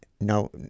no